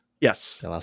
Yes